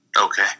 Okay